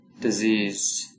disease